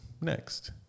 next